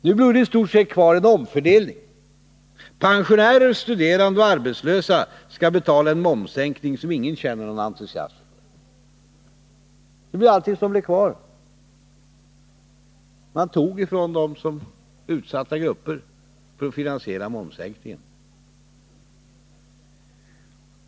Nu blev det i stort sett kvar en omfördelning. Pensionärer, studerande och arbetslösa skall betala en momssänkning som ingen känner någon entusiasm inför. Det är allt som blev kvar. Man tog från de utsatta grupperna för att finansiera momssänkningen.